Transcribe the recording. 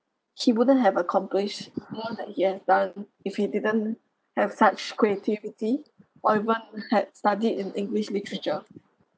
he wouldn't have accomplish more than he has done if he didn't have such creativity or even had studied in english literature